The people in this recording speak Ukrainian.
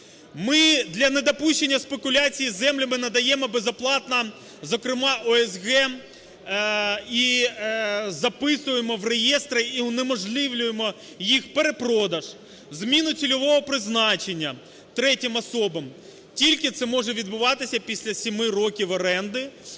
Ми для недопущення спекуляцій із землями надаємо безоплатно, зокрема ОСГ, і записуємо в реєстри, і унеможливлюємо їх перепродаж, зміну цільового призначення третім особам. Тільки це може відбуватися після 7 років оренди